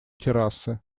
террасы